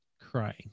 crying